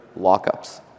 lockups